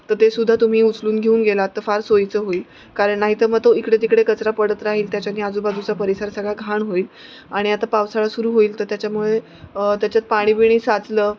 तर ते सुद्धा तुम्ही उचलून घेऊन गेलात तर फार सोयीचं होईल कारण नाही तर मग तो इकडे तिकडे कचरा पडत राहील त्याच्याने आजूबाजूचा परिसर सगळा घाण होईल आणि आता पावसाळा सुरू होईल तर त्याच्यामुळे त्याच्यात पाणीबिणी साचलं